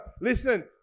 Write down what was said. Listen